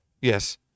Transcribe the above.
Yes